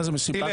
זה נגמר,